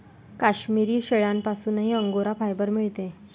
काश्मिरी शेळ्यांपासूनही angora fibre मिळते